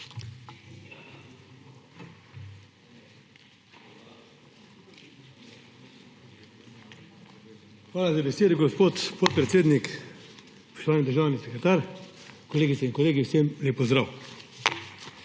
Hvala za besedo, gospod podpredsednik. Spoštovani državni sekretar, kolegice in kolegi, vsem lep pozdrav!